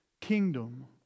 kingdom